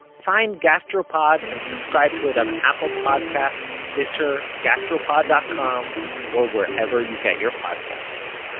find gastropod and subscribe to it on apple podcasts, stitcher, gastropod dot com or wherever you get your podcasts